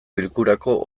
bilkurako